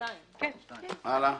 הלאה.